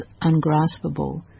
ungraspable